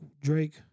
Drake